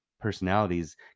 personalities